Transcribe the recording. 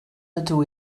ydw